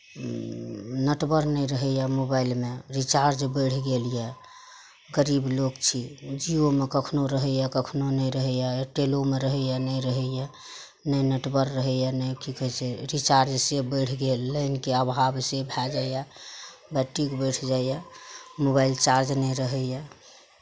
नटवर नहि रहैए मोबाइलमे रिचार्ज बढ़ि गेल यए गरीब लोक छी जियोमे कखनहु रहैए कखनहु नहि रहैए एयरटेलोमे रहैए नहि रहैए नहि नेटवर रहैए नहि की कहै छै रिचार्ज से बढ़ि गेल लाइनके अभाव से भए जाइए बैट्रिक बैस जाइए मोबाइल चार्ज नहि रहैए